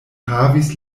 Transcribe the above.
havis